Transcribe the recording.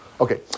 Okay